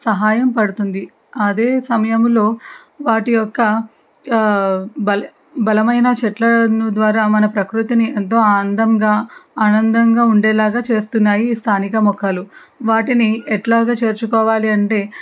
సహాయం పడుతుంది అదే సమయంలో వాటి యొక్క బల బలమైన చెట్లను ద్వారా మన ప్రకృతిని ఎంతో అందంగా ఆనందంగా ఉండేలాగా చేస్తున్నాయి ఈ స్థానిక మొక్కలు వాటిని ఎట్లాగా చేర్చుకోవాలి అంటే